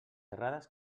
errades